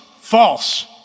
False